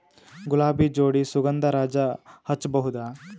ಗುಲಾಬಿ ಜೋಡಿ ಸುಗಂಧರಾಜ ಹಚ್ಬಬಹುದ?